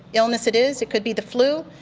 illness. it is it could be the flu.